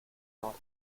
north